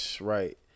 Right